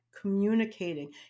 communicating